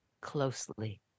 closely